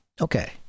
Okay